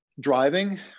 Driving